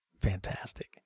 Fantastic